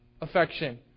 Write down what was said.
affection